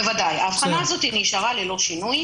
בוודאי, האבחנה הזאת נשארה ללא שינוי.